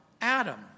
Adam